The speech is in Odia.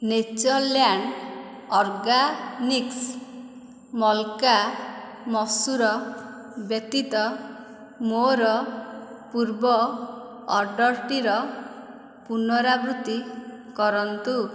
ନେଚର୍ଲ୍ୟାଣ୍ଡ୍ ଅର୍ଗାନିକ୍ସ୍ ମଲ୍କା ମସୁର ବ୍ୟତୀତ ମୋର ପୂର୍ବ ଅର୍ଡ଼ର୍ଟିର ପୁନରାବୃତ୍ତି କରନ୍ତୁ